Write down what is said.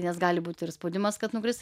nes gali būti ir spaudimas kad nukris